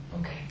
Okay